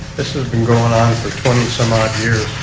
this has been going on for twenty some odd years.